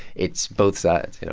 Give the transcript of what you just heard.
it's both sides, you know